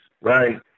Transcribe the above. Right